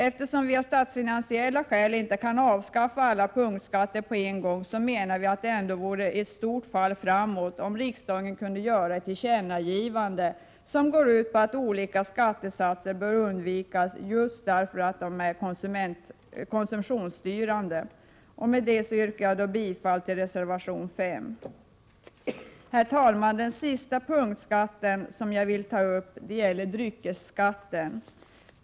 Eftersom det av statsfinansiella skäl inte är möjligt att avskaffa alla punktskatter på en gång, vore det ändå ett stort fall framåt om riksdagen kunde göra ett tillkännagivande, som går ut på att olika skattesatser bör undvikas just därför att de är konsumtionsstyrande. Med det yrkar jag bifall till reservation 5. Herr talman! Den sista punktskatten som jag vill ta upp gäller dryckesskatten.